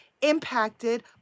impacted